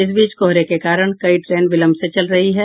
इस बीच कोहरे के कारण कई ट्रेन विलंब से चल रही हैं